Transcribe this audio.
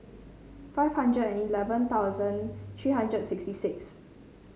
five hundred and eleven thousand three hundred sixty six